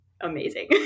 amazing